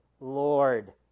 Lord